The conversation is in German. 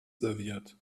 serviert